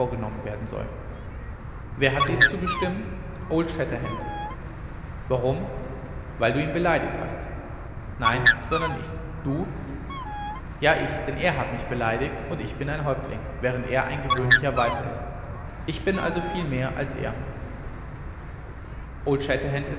vorgenommen werden soll wer hat dies zu bestimmen old shatterhand warum weil du ihn beleidigt hast nein sondern ich du ja ich denn er hat mich beleidigt und ich bin ein häuptling während er ein gewöhnlicher weißer ist ich bin also viel mehr als er